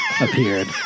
appeared